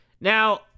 Now